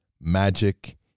magic